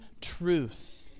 truth